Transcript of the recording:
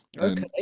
Okay